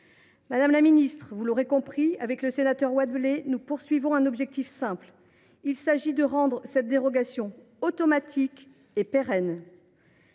Madame la ministre, vous l’aurez compris, le sénateur Wattebled et moi même visons un objectif simple : il s’agit de rendre cette dérogation automatique et pérenne.